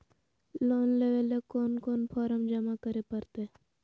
Loan लेवे ले कोन कोन फॉर्म जमा करे परते?